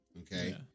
Okay